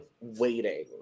waiting